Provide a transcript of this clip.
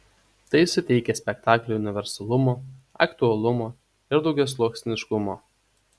tai suteikia spektakliui universalumo aktualumo ir daugiasluoksniškumo